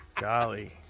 Golly